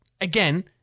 again